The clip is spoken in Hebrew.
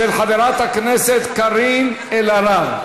של חברת הכנסת קארין אלהרר.